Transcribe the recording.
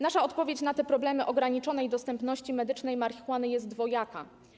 Nasza odpowiedź na te problemy dotyczące ograniczonej dostępności medycznej marihuany jest dwojaka.